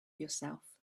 yourself